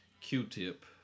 Q-Tip